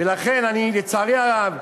ולכן, לצערי הרב,